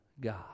God